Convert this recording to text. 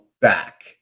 back